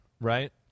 right